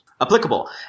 applicable